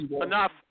Enough